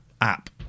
app